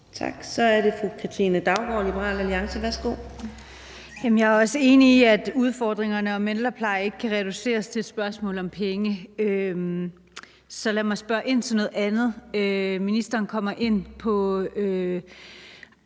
Så er det fru Katrine Daugaard, Liberal Alliance. Værsgo. Kl. 15:02 Katrine Daugaard (LA): Jeg er også enig i, at udfordringerne med ældrepleje ikke kan reduceres til et spørgsmål om penge. Så lad mig spørge ind til noget andet. Ministeren kommer ind på